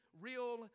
real